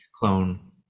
clone